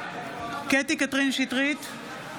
קטי קטרין שטרית,